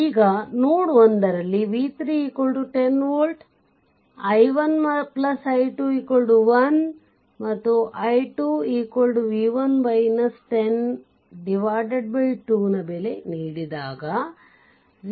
ಈಗ ನೋಡ್ 1ರಲ್ಲಿ v 3 10 volt ಮತ್ತು i1 i2 1ಮತ್ತು i2 2 ನ ಬೆಲೆ ನೀಡಿದಾಗ 0